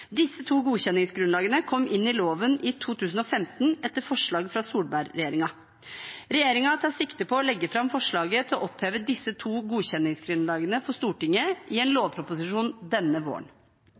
Disse to godkjenningsgrunnlagene kom inn i loven i 2015 etter forslag fra Solberg-regjeringen. Regjeringen tar sikte på å legge fram forslaget til å oppheve disse to godkjenningsgrunnlagene for Stortinget i en